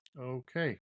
Okay